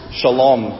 shalom